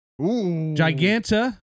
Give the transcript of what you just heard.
Giganta